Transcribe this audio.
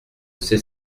sait